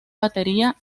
batería